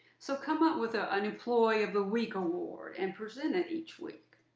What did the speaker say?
so come up with ah an employee of the week award and present it each week.